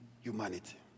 humanity